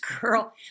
girl